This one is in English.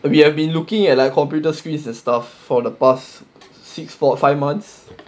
we have been looking at like computer screens and stuff for the past six four five months